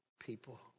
people